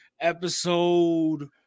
Episode